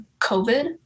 COVID